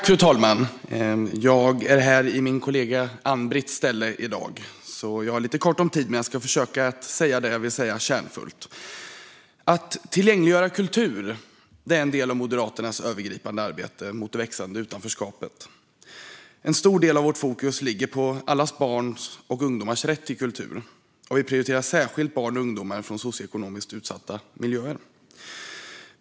Fru talman! Jag är här i min kollega Ann-Britts ställe i dag. Jag har därför lite kort om tid, men jag ska försöka att säga det jag vill säga kärnfullt. Att tillgängliggöra kultur är en del av Moderaternas övergripande arbete mot det växande utanförskapet. En stor del av vårt fokus ligger på alla barns och ungdomars rätt till kultur, och vi prioriterar särskilt barn och ungdomar från socioekonomiskt utsatta miljöer.